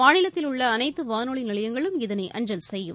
மாநிலத்தில் உள்ள அனைத்து வானொலி நிலையங்களும் இதனை அஞ்சல் செய்யும்